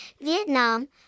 Vietnam